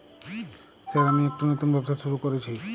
Sir আমি একটি নতুন ব্যবসা শুরু করেছি?